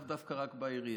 לאו דווקא רק בעירייה.